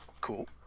Cool